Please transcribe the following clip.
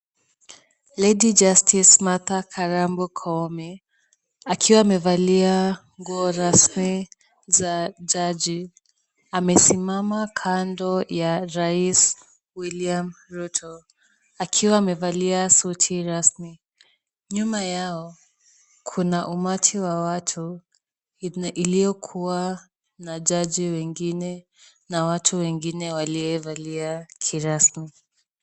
Lady justice Martha Karambu Koome akiwa amevalia nguo rasmi za jaji, amesimama kando ya rais William Ruto akiwa amevalia suti rasmi. Nyuma yao kuna umati wa watu yenye iliyokuwa na jaji wengine na watu wengine waliovalia kirasmi.